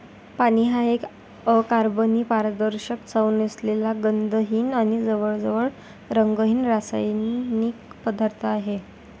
पाणी हा एक अकार्बनी, पारदर्शक, चव नसलेला, गंधहीन आणि जवळजवळ रंगहीन रासायनिक पदार्थ आहे